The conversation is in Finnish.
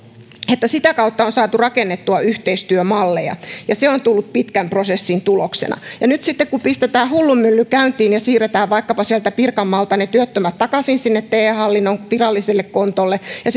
että sitä kautta on saatu rakennettua yhteistyömalleja ja se on tullut pitkän prosessin tuloksena nyt sitten kun pistetään hullunmylly käyntiin ja siirretään vaikkapa sieltä pirkanmaalta ne työttömät takaisin sinne te hallinnon viralliselle kontolle ja